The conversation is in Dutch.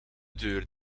deur